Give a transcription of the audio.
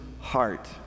heart